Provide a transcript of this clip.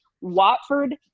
Watford